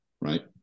right